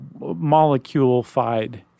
molecule-fied